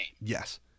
Yes